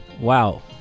Wow